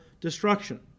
destruction